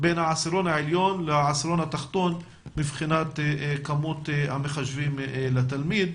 בין העשירון העליון לעשירון התחתון מבחינת כמות המחשבים לתלמיד.